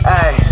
ay